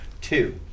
Two